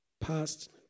Past